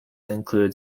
include